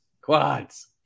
quads